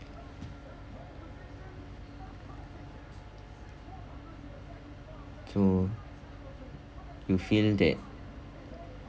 so you feel that